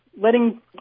letting